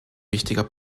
wichtiger